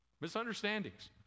misunderstandings